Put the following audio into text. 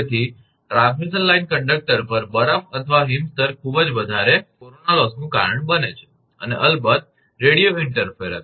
તેથી transmission line conductor પર બરફ અથવા હિમ સ્તર ખૂબ જ વધારે કોરોના લોસનું કારણ બને છે અને અલબત્ત રેડિયો ઇન્ટર્ફેરંસ